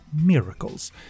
miracles